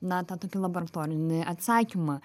na tą tokį laboratorinį atsakymą